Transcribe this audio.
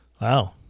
Wow